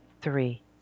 three